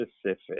specific